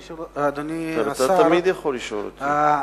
אדוני השר, אני יכול לשאול אותך שאלה?